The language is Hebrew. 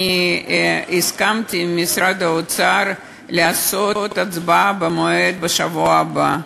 אני הסכמתי עם משרד האוצר על הצבעה בשבוע הבא.